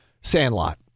Sandlot